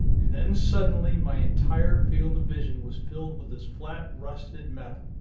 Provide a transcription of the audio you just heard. and then suddenly my entire field of vision was filled with this flat rusted metal.